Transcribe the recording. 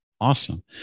awesome